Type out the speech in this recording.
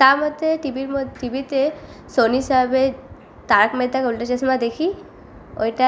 তার মধ্যে টিভির মোদ টিভিতে সোনি সাবে তারক মেহতা কা উল্টা চশমা দেখি ওইটা